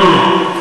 לא לא,